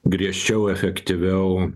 griežčiau efektyviau